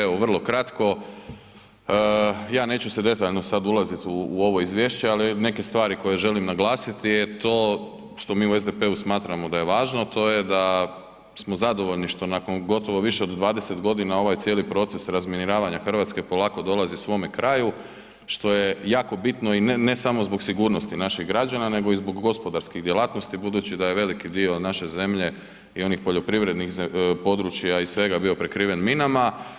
Evo, vrlo kratko, ja neću sad detaljno ulaziti u ovo izvješće ali neke stvari koje želim naglasiti je to što mi u SDP-u smatramo da je važno a to je da smo zadovoljni što nakon gotovo više od 20 godina ovaj cijeli proces razminiravanja Hrvatske polako dolazi svome kraju što je jako bitno i ne samo zbog sigurnosti naših građana nego i zbog gospodarskih djelatnosti budući da je veliki dio naše zemlje i onih poljoprivrednih područja i svega bio prekriven minama.